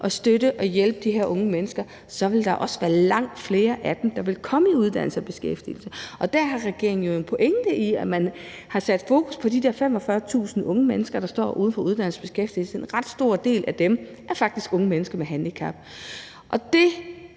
at støtte og hjælpe de her unge mennesker, ville der også være langt flere af dem, der ville komme i uddannelse og beskæftigelse. Der har regeringen jo en pointe i, at man har sat fokus på de der 45.000 unge mennesker, der står uden for uddannelse og beskæftigelse, og en ret stor del af dem er faktisk unge mennesker med handicap, og det